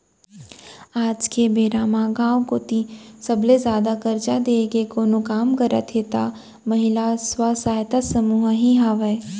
आज के बेरा म गाँव कोती सबले जादा करजा देय के कोनो काम करत हे त महिला स्व सहायता समूह ही हावय